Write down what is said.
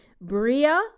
Bria